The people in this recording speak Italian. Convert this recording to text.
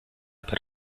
per